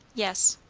yes.